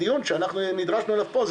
הדיון שאנחנו נדרשנו אליו פה,